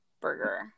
burger